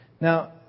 Now